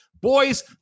Boys